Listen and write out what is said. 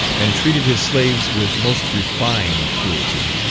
and treated his slaves with most refined cruelty.